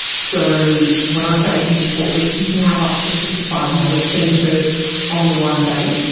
so when i say a huge court list, you can have up to fifty five matters being heard on the one day.